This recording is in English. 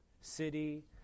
city